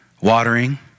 watering